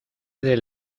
del